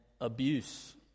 abuse